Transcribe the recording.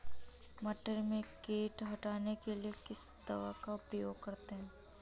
मटर में कीट हटाने के लिए किस दवा का प्रयोग करते हैं?